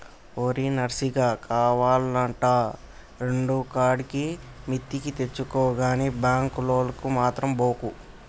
ఓరి నర్సిగా, కావాల్నంటే రెండుకాడికి మిత్తికి తెచ్చుకో గని బాంకు లోనుకు మాత్రం బోకు